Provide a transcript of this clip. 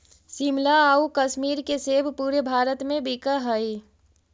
शिमला आउ कश्मीर के सेब पूरे भारत में बिकऽ हइ